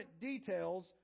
details